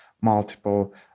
multiple